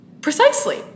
Precisely